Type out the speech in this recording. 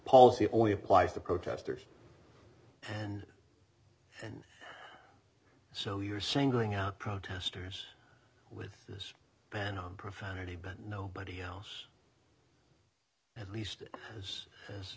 policy only applies to protesters and and so you're singling out protesters with this ban on profanity but nobody else at least has